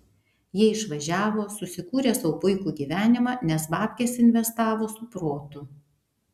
jie išvažiavo susikūrė sau puikų gyvenimą nes babkes investavo su protu